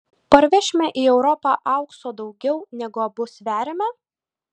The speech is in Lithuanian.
parsivešime į europą aukso daugiau negu abu sveriame